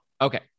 Okay